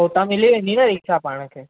हुतां मिली वेंदी न रिक्शा पाण खे